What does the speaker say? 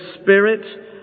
spirit